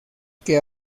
que